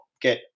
get